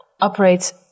operates